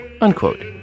Unquote